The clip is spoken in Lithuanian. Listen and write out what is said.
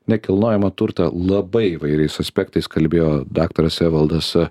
nekilnojamą turtą labai įvairiais aspektais kalbėjo daktaras evaldas